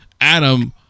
adam